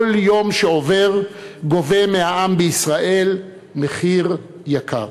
כל יום שעובר גובה מהעם בישראל מחיר יקר.